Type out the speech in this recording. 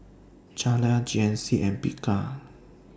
Zalia G N C and Bika